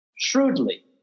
Shrewdly